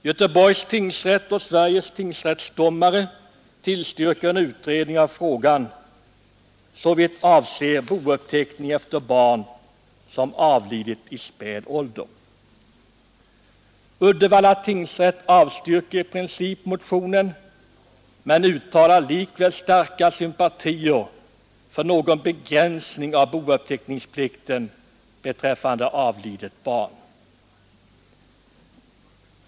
Göteborgs tingsrätt och Föreningen Sveriges tingsrättsdomare tillstyrker en utredning av frågan såvitt avser bouppteckning efter barn som avlidit i späd ålder. Uddevalla tingsrätt avstyrker i princip motionen men uttalar likväl starka sympatier för någon begränsning av bouppteckningsplikten beträffande avlidet barn.